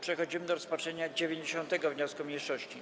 Przechodzimy do rozpatrzenia 90. wniosku mniejszości.